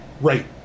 Right